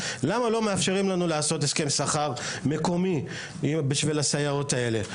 למה לא מאפשרים לנו לעשות הסכם שכר מקומי בשביל הסייעות האלה?